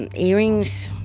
and earrings.